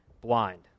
blind